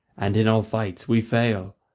and in all fights we fail?